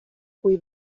cui